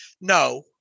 No